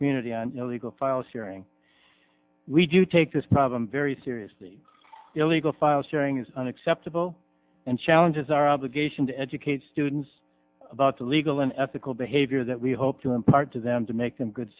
community on illegal file sharing we do take this problem very seriously illegal file sharing is unacceptable and challenges our obligation to educate students about the legal and ethical behavior that we hope to impart to them to make them good